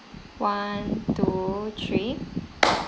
one two three